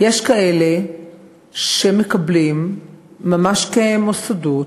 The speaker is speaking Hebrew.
יש כאלה שמקבלים ממש כמוסדות,